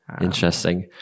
interesting